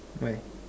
why